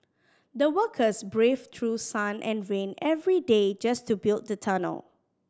the workers braved through sun and rain every day just to build the tunnel